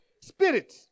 Spirit